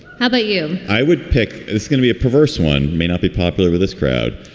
how about you? i would pick. it's going to be a perverse one may not be popular with this crowd.